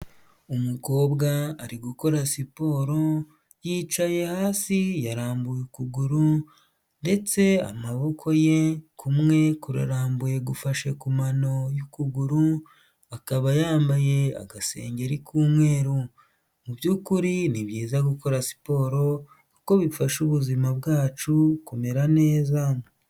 Umukobwa ari gukora siporo yicaye hasi yarambuye ukuguru ndetse amaboko ye kumwe kurarambuye gufashe ku mano y'ukuguru akaba yambaye agasengeri k'umweru, mubyukuri ni byizayiza gukora siporo kuko bifasha ubuzima bwacu kumera neza.